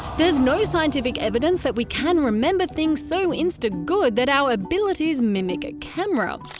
there's no scientific evidence that we can remember things so instagood that our abilities mimic a camera.